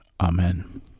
Amen